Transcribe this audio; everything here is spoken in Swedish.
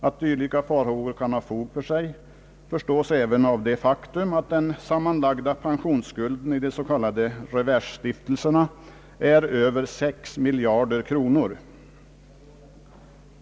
Att dylika farhågor kan ha fog för sig förstås även av det faktum att den sammanlagda pensionsskulden i de s.k. reversstiftelserna är över 6 miljarder kronor.